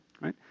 Right